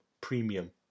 premium